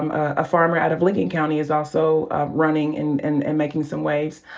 um a farmer out of lincoln county, is also running and and and making some waves.